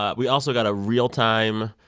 ah we also got a real-time,